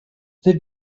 they